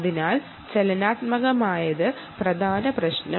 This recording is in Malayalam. അതിനാൽ ചലനാത്മകതയാണ് പ്രധാന പ്രശ്നം